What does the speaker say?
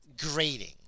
grading